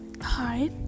Hi